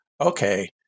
okay